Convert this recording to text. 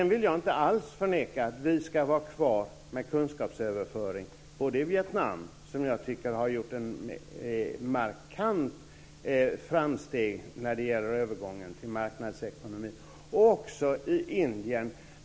Jag vill inte alls förneka att vi ska vara kvar med kunskapsöverföring i både Vietnam, som jag tycker har gjort markanta framsteg när det gäller övergången till marknadsekonomi, och i Indien.